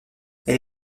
elle